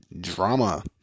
drama